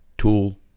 Tool